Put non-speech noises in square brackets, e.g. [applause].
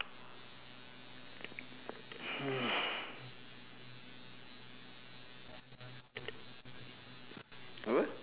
[noise] apa